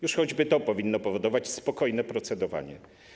Już choćby to powinno powodować spokojne procedowanie.